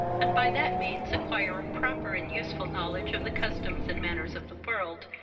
and by that means acquire a proper and useful knowledge of the customs and manners of the world,